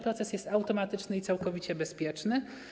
Proces jest automatyczny i całkowicie bezpieczny.